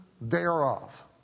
thereof